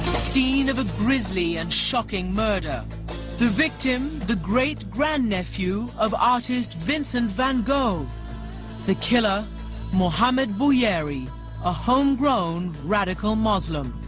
scene of a grisly and shocking murder the victim the great-grandnephew of artist vincent van gogh the killer muhammadu buhari a homegrown radical muslim